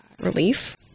relief